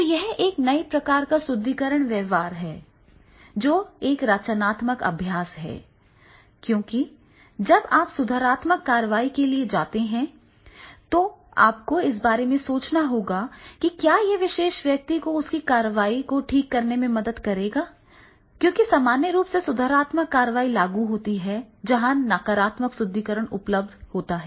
तो यह एक नए प्रकार का सुदृढीकरण व्यवहार व्यवहार है जो एक रचनात्मक अभ्यास है क्योंकि जब आप सुधारात्मक कार्रवाई के लिए जाते हैं तो आपको इस बारे में सोचना होगा कि क्या यह विशेष व्यक्ति को उसकी कार्रवाई को ठीक करने में मदद करेगा क्योंकि सामान्य रूप से सुधारात्मक कार्रवाई लागू होती है जहां नकारात्मक सुदृढीकरण उपलब्ध होता है